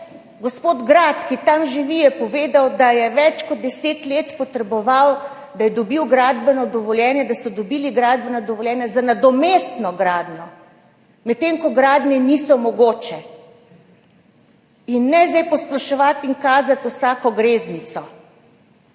gospod Grad, ki tam živi, je povedal, da je potreboval več kot 10 let, da je dobil gradbeno dovoljenje, da so dobili gradbena dovoljenja za nadomestno gradnjo, medtem ko gradnje niso mogoče. In ne zdaj posploševati in kazati vsake greznice.